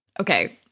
Okay